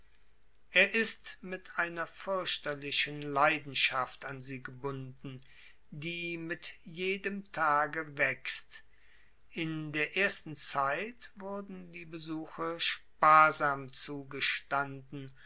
er ist mit einer fürchterlichen leidenschaft an sie gebunden die mit jedem tage wächst in der ersten zeit wurden die besuche sparsam zugestanden